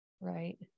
Right